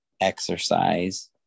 exercise